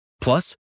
Plus